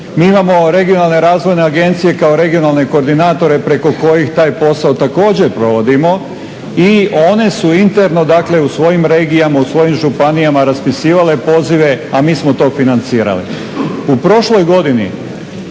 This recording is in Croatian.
Mi imamo regionalne razvojne agencije kao regionalne koordinatore preko kojih taj posao također provodimo i one su interno dakle u svojim regijama, u svojim županijama raspisivale pozive a mi smo to financirali.